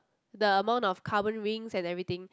the amount of carbon rings and everything